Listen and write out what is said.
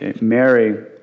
Mary